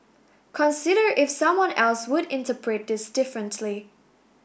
consider if someone else would interpret this differently